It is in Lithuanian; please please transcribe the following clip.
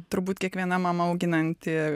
turbūt kiekviena mama auginanti